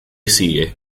sigue